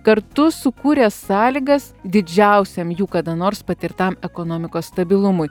kartu sukūrė sąlygas didžiausiam jų kada nors patirtam ekonomikos stabilumų